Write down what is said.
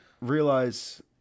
realize